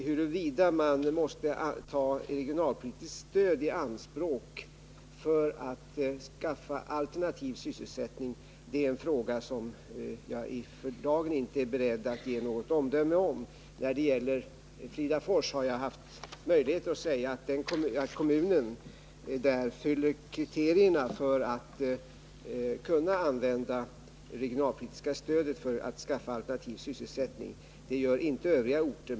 Huruvida man måste ta regionalpolitiskt stöd i anspråk för att skapa alternativ sysselsättning är en fråga som jag för dagen inte är beredd att svara på. När det gäller Fridafors har jag sagt att kommunen uppfyller kriterierna för regionalpolitiskt stöd för att skapa alternativ sysselsättning. Det gör inte övriga orter.